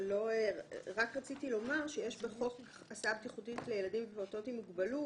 רק רציתי לומר שיש בחוק הסעה בטיחותית לילדים ופעוטות עם מוגבלות,